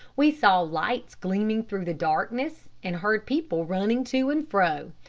we saw lights gleaming through the darkness, and heard people running to and fro.